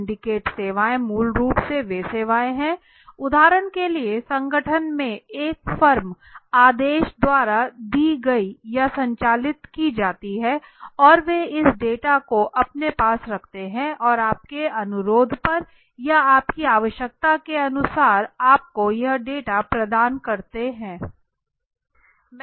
syndicate सेवाएं मूल रूप से वे सेवाएं हैं उदाहरण के लिए संगठन में एक फर्म आदेश द्वारा की गई या संचालित की जाती हैं और वे इस डेटा को अपने पास रखते हैं और आपके अनुरोध पर या आपकी आवश्यकता के अनुसार वे आपको यह डेटा प्रदान करते हैं